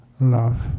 love